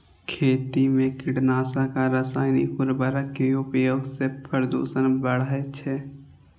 खेती मे कीटनाशक आ रासायनिक उर्वरक के उपयोग सं प्रदूषण बढ़ै छै